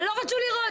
אבל לא רצו לראות,